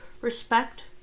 Respect